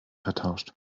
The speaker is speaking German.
vertauscht